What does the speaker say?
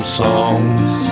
songs